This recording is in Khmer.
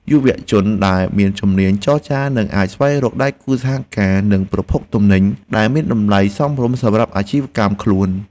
យុវជនដែលមានជំនាញចរចានឹងអាចស្វែងរកដៃគូសហការនិងប្រភពទំនិញ ដែលមានតម្លៃសមរម្យសម្រាប់អាជីវកម្មខ្លួន។